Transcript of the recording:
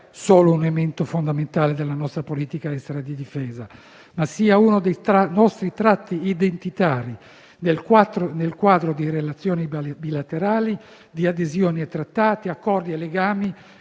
non solo un elemento fondamentale della nostra politica estera di difesa, ma anche uno dei nostri tratti identitari nel quadro di relazioni bilaterali, di adesione a trattati, accordi e legami